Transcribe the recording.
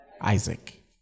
Isaac